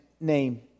name